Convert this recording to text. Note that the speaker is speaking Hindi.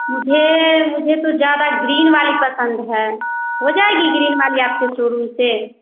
मुझे मुझे तो ज़्यादा ग्रीन वाली पसंद है हो जाएगी ग्रीन वाली आपके सोरूम से